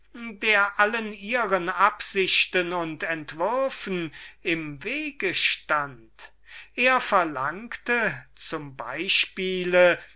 der allen ihren absichten und entwürfen im wege stund er verlangte zum